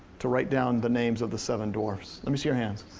to write down the names of the seven dwarfs? let me see your hands?